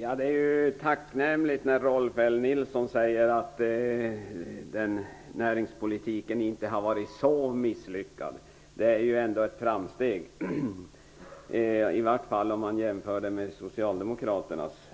Fru talman! Det är tacknämligt att Rolf L Nilson säger att näringspolitiken inte har varit så misslyckad. Det är ändå ett framsteg, i varje fall om man jämför med Socialdemokraternas